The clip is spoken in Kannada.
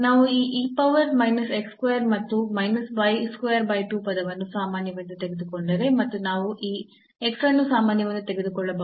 ನಾವು ಈ e power minus x square ಮತ್ತು minus y square by 2 ಪದವನ್ನು ಸಾಮಾನ್ಯವೆಂದು ತೆಗೆದುಕೊಂಡರೆ ಮತ್ತು ನಾವು ಈ x ಅನ್ನು ಸಾಮಾನ್ಯವೆಂದು ತೆಗೆದುಕೊಳ್ಳಬಹುದು